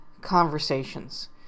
conversations